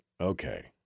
Okay